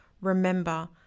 Remember